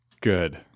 good